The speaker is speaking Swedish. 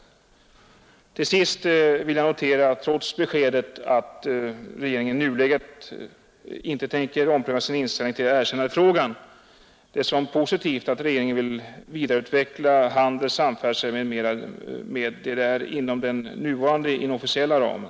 Till sist vill jag, trots beskedet att regeringen inte i nuläget tänker ompröva sin inställning till erkännandefrågan, notera som positivt att regeringen vill vidareutveckla handel, samfärdsel m.m. med DDR inom den nuvarande inofficiella ramen,